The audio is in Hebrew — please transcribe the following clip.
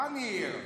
אה, ניר?